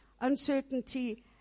uncertainty